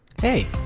hey